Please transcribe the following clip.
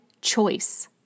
choice